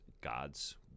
God's